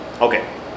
Okay